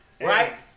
right